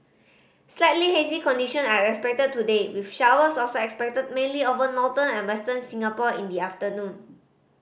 slightly hazy condition are expected today with showers also expected mainly over northern and Western Singapore in the afternoon